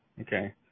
Okay